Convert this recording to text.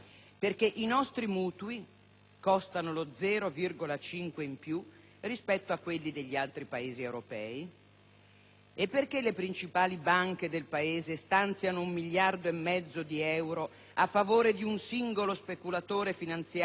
costano lo 0,5 in più rispetto a quelli degli altri paesi europei. E perché le principali banche del Paese stanziano un miliardo e mezzo di euro a favore di un singolo speculatore finanziario sull'orlo del fallimento e